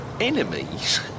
Enemies